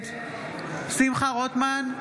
נגד שמחה רוטמן,